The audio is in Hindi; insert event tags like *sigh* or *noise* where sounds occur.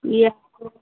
ये *unintelligible*